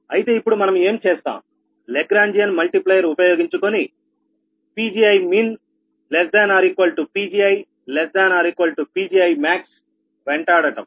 అయితే ఇప్పుడు మనం ఏం చేస్తాం లాగ్రాంజియన్ మల్టీప్లైర్ ఉపయోగించుకొని Pgimin ≤ P gi ≤ P gimax వెంటాడటం